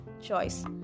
choice